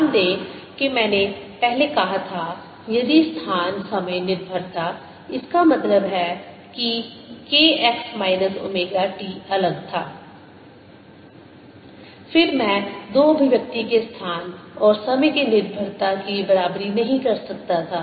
ध्यान दें कि पहले मैंने कहा था यदि स्थान समय निर्भरता इसका मतलब है कि k x minus omega t अलग था फिर मैं दो अभिव्यक्ति के स्थान और समय की निर्भरता की बराबरी नहीं कर सकता था